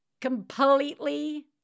Completely